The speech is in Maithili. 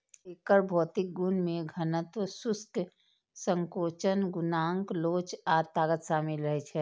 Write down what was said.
एकर भौतिक गुण मे घनत्व, शुष्क संकोचन गुणांक लोच आ ताकत शामिल रहै छै